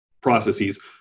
processes